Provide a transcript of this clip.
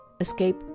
Escape